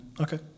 Okay